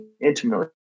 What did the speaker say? intimately